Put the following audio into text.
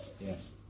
yes